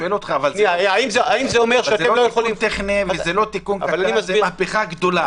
זה לא תיקון קטן אלא מהפכה גדולה.